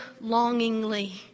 longingly